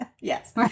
Yes